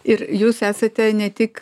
ir jūs esate ne tik